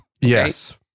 Yes